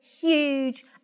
huge